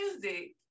music